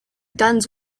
guns